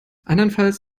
andernfalls